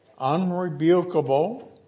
unrebukable